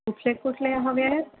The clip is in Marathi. कुठले कुठले हवे आहेत